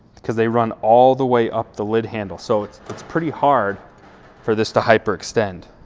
because they run all the way up the lid handle. so it's it's pretty hard for this to hyper extend.